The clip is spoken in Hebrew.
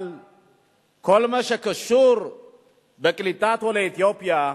אבל כל מה שקשור בקליטת עולי אתיופיה,